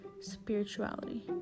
Spirituality